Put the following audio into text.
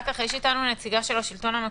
יש איתנו נציגה של השלטון המקומי?